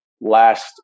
last